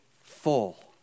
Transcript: full